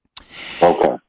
Okay